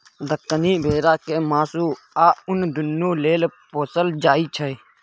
दक्कनी भेरा केँ मासु आ उन दुनु लेल पोसल जाइ छै